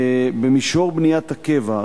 במישור בניית הקבע,